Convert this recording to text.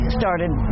started